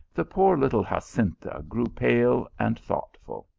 the poor little jacinta grew pale and thoughtful.